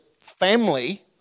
family